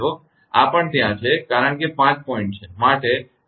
આ પણ ત્યાં છે કારણ કે 5 પોઇન્ટ છે માટે 𝜌𝑟𝑣𝑓